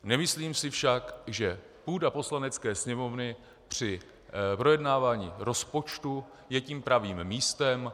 Nemyslím si však, že půda Poslanecké sněmovny při projednávání rozpočtu je tím pravým místem.